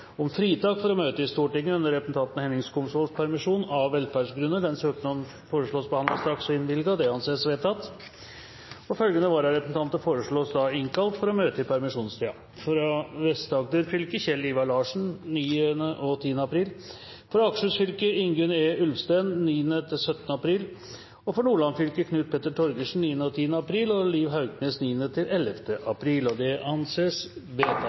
om fritak for å møte i Stortinget under representanten Henning Skumsvolls permisjon, av velferdsgrunner. Denne søknaden foreslås behandlet straks og innvilget. – Det anses vedtatt. Følgende vararepresentanter innkalles for å møte i permisjonstiden: For Vest-Agder fylke: Kjell Ivar Larsen 9.–10. april For Akershus fylke: Ingunn E. Ulfsten 9.–17. april For Nordland fylke: Knut Petter Torgersen 9.–10. april og Liv Hauknes 9.–11. april Kjell Ivar Larsen, Ingunn E. Ulfsten, Knut Petter Torgersen og Liv Hauknes er til stede og